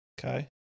Okay